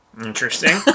Interesting